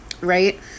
Right